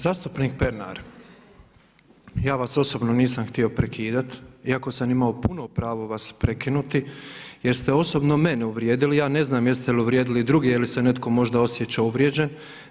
Zastupnik Pernar ja vas osobno nisam htio prekidat iako sam imao puno pravo vas prekinuti jer ste osobno mene uvrijedili, ja ne znam jeste li uvrijedili druge ili se netko možda osjeća uvrijeđen.